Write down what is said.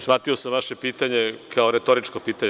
Shvatio sam vaše pitanje kao retoričko pitanje.